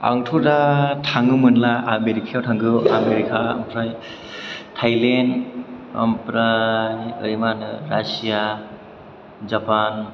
आंथ' दा थांनो मोनब्ला आमेरिकायाव थांगौ आमेरिका ओमफ्राय थाइलेण्ड ओमफ्राय ओरै मा होनो रासिया जापान